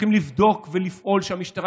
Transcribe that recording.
צריכים לבדוק ולפעול שהמשטרה,